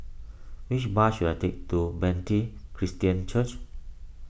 which bus should I take to Bethany Christian Church